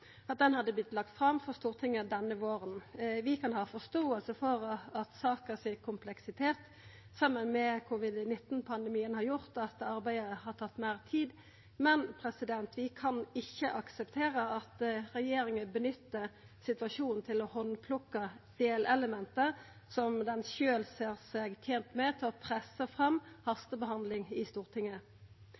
at ei heilskapleg sak om både finansiering og regulering av barnehagesektoren hadde vorte lagd fram for Stortinget denne våren. Vi kan ha forståing for at saka si kompleksitet, saman med covid-19-pandemien, har gjort at arbeidet har tatt meir tid, men vi kan ikkje akseptera at regjeringa nyttar situasjonen til å handplukka delelement som ho sjølv ser seg tent med til å pressa fram hastebehandling av i Stortinget.